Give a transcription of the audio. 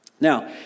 Now